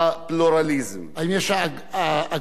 האם יש אגבאריה ומיניהם?